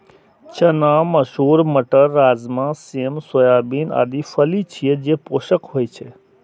चना, मसूर, मटर, राजमा, सेम, सोयाबीन आदि फली छियै, जे पोषक होइ छै